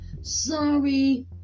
sorry